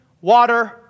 water